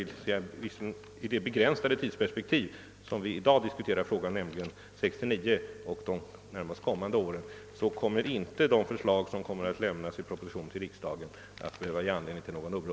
I det begränsade perspektiv som vi i dag har när vi diskuterar frågan, nämligen 1969 och de närmast kommande åren, kommer förslagen i den proposition som förelägges riksdagen inte att behöva ge anledning till någon oro.